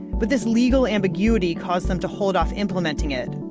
but this legal ambiguity caused them to hold off implementing it,